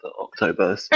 October